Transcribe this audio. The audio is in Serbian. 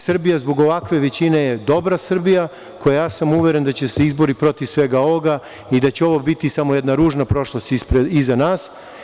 Srbija zbog ovakve većine je dobra Srbija koja će se izboriti protiv svega ovoga i ovo će biti samo jedna ružna prošlost iza nas.